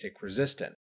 resistant